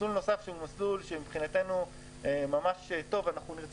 מסלול נוסף שהוא מסלול שמבחינתנו ממש טוב ואנחנו נרצה